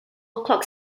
o’clock